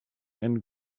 and